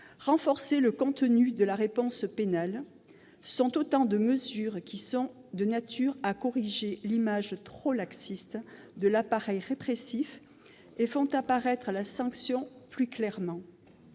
renforcer le contenu de la réponse pénale constituent autant de mesures qui sont de nature à corriger l'image trop laxiste de l'appareil répressif et font apparaître la sanction plus clairement.